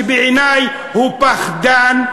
שבעיני הוא פחדן,